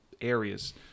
areas